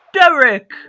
Derek